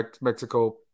Mexico